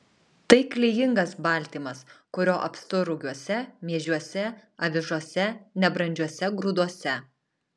tai klijingas baltymas kurio apstu rugiuose miežiuose avižose nebrandžiuose grūduose